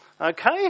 Okay